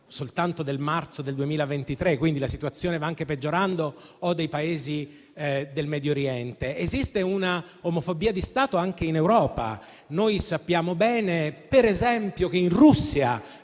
del marzo 2023, quindi la situazione va anche peggiorando - o nel Medio Oriente. Esiste un'omofobia di Stato anche in Europa. Sappiamo bene, per esempio, che in Russia